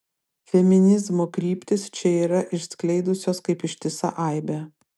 feminizmo kryptys čia yra išskleidusios kaip ištisa aibė